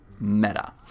Meta